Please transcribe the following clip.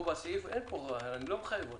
פה בסעיף אני לא מחייב אותם.